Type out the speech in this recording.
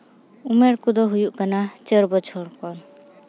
ᱩᱢᱮᱨ ᱠᱚᱫᱚ ᱦᱩᱭᱩᱜ ᱠᱟᱱᱟ ᱪᱟᱨ ᱵᱚᱪᱷᱚᱨ ᱯᱚᱨ